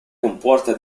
comporta